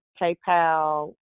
PayPal